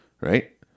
right